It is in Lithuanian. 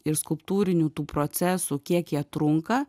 ir skulptūrinių tų procesų kiek jie trunka